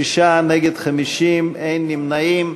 בעד, 36, נגד, 50, אין נמנעים.